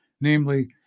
namely